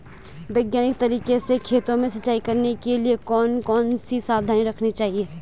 वैज्ञानिक तरीके से खेतों में सिंचाई करने के लिए कौन कौन सी सावधानी रखनी चाहिए?